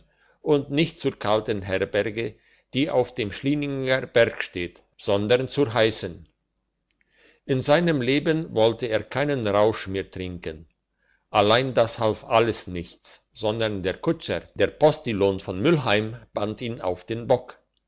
und nicht zur kalten herberge die auf dem schliengener berg steht sondern zur heissen in seinem leben wollte er keinen rausch mehr trinken allein das half alles nichts sondern der kutscher der postillion von müllheim band ihn auf den bock